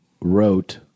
wrote